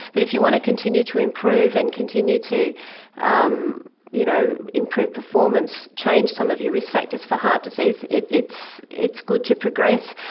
but if you want to continue to improve and continue to um you know improve performance, change some of your risk factors for heart disease, it's it's good to progress.